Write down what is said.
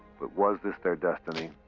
but was this their destiny?